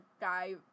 guy